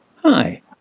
Hi